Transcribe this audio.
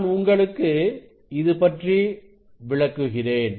நான் உங்களுக்கு இது பற்றி விளக்குகிறேன்